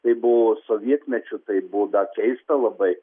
tai buvo sovietmečiu tai buvo da keista labai